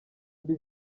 mbi